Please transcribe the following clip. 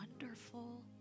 wonderful